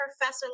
professor